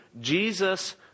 Jesus